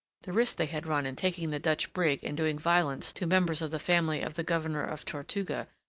the risk they had run in taking the dutch brig and doing violence to members of the family of the governor of tortuga,